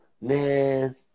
man